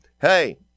Hey